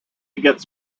gets